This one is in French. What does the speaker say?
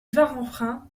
varanfrain